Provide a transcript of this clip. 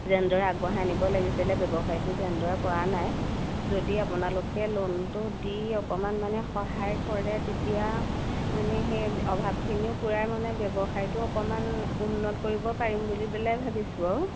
যেনেদৰে আগবঢ়াই নিব লাগিছিল ব্যৱসায়টো তেনেদৰে পৰা নাই যদি আপোনালোকে ল'নটো দি অকণমান মানে সহায় কৰে তেতিয়া মানে সেই অভাৱখিনিও পূৰাই মানে ব্যৱসায়টো অকণমান উন্নত কৰিব পাৰিম বুলি পেলাই ভাবিছোঁ আৰু